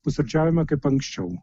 pusryčiaujame kaip anksčiau